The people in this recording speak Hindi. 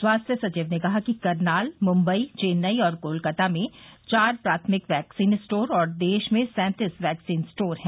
स्वास्थ्य सचिव ने कहा कि करनाल मुंबई चेन्नई और कोलकाता में चार प्राथंमिक वैक्सीन स्टोर और देश में सैंतीस वैक्सीन स्टोर हैं